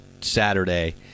Saturday